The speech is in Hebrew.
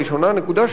נקודה שנייה: